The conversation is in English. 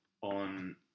on